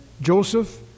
Joseph